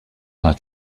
that